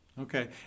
okay